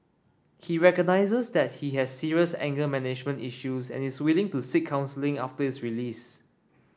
he recognises that he has serious anger management issues and is willing to seek counselling after his release